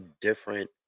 different